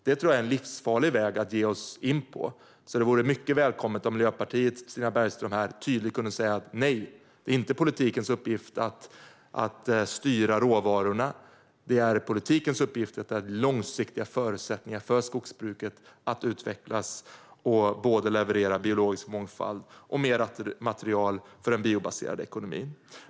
Det tror jag är en livsfarlig väg att ge sig in på, så det vore mycket välkommet om Miljöpartiets Stina Bergström tydligt kunde säga: Nej, det är inte politikens uppgift att styra råvarorna. Det är politikens uppgift att ge långsiktiga förutsättningar för skogsbruket att utvecklas och leverera både biologisk mångfald och mer material för den biobaserade ekonomin.